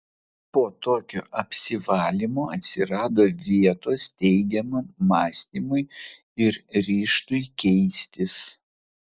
po tokio apsivalymo atsirado vietos teigiamam mąstymui ir ryžtui keistis